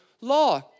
law